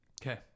Okay